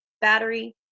battery